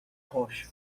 rocha